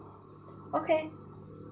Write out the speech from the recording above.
okay